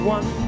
One